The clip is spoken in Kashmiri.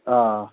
آ